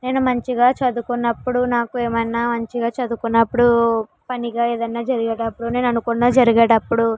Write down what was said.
నేను మంచిగా చదువుకున్నప్పుడు నాకు ఏమన్న మంచిగా చదువుకున్నప్పుడు పనిగా ఏదన్న జరిగేటప్పుడు నేను అనుకున్న జరిగేటప్పుడు